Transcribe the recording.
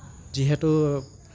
যিহেতু